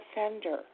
offender